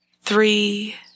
three